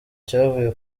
cyavuye